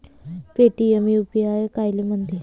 Paytm UPI कायले म्हनते?